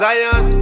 Zion